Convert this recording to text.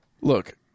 Look